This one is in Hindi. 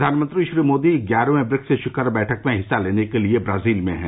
प्रधानमंत्री श्री मोदी ग्यारहवें ब्रिक्स शिखर बैठक में हिस्सा लेने के लिए ब्राजील में हैं